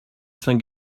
saint